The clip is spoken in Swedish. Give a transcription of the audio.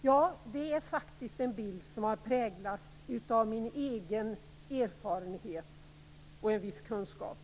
Ja, det är faktiskt en bild som har präglats av min egen erfarenhet och viss kunskap.